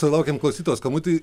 sulaukėm klausytojos skambutį